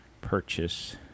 purchase